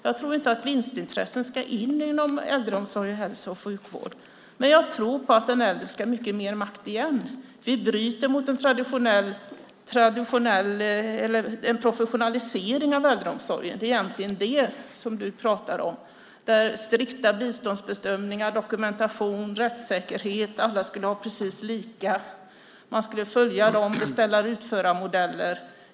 Jag tror inte att vinstintressen ska in inom äldreomsorg och hälso och sjukvård. Jag tror på att den äldre ska ha mycket mer makt igen. Vi bryter mot en professionalisering av äldreomsorgen. Det är egentligen det du pratar om. Där skulle man ha strikta biståndsbedömningar, dokumentation, rättssäkerhet, alla skulle ha precis lika och man skulle följa beställar-utförar-modeller.